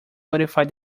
modify